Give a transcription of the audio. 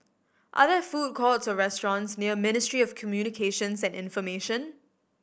are there food courts or restaurants near Ministry of Communications and Information